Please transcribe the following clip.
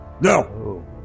no